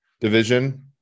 division